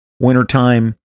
Wintertime